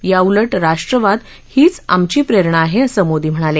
याऊलट राष्टवाद हीच आमची प्रेरणा आहे असं मोदी म्हणाले